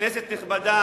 כנסת נכבדה,